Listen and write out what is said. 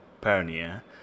pioneer